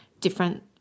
different